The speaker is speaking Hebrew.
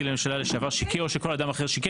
לממשלה לשעבר שיקר או שכל אדם אחר שיקר.